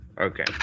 Okay